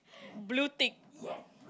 blue tick